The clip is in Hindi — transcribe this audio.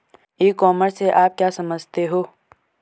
ई कॉमर्स से आप क्या समझते हो?